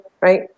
right